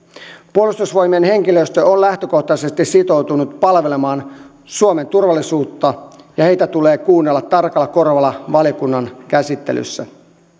puolustusvoimien henkilöstö on lähtökohtaisesti sitoutunut palvelemaan suomen turvallisuutta ja heitä tulee kuunnella tarkalla korvalla valiokunnan käsittelyssä